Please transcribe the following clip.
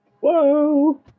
Whoa